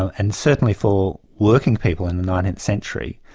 and certainly for working people in the nineteenth century,